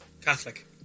Catholic